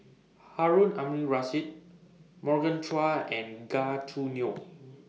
Harun Aminurrashid Morgan Chua and Gan Choo Neo